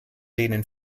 denen